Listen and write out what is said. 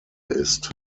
ist